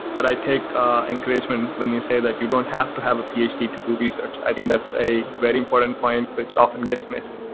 but i take encouragement when you say that you don't have to have ph ph d. to do research. i think that's a very important point, which often gets missed.